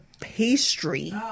pastry